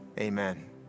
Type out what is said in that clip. amen